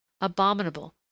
abominable